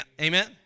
Amen